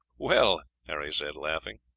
well, harry said, laughing,